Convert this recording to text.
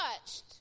touched